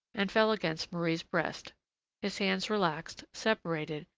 and fell against marie's breast his hands relaxed, separated,